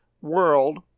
world